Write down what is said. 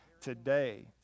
today